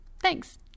Thanks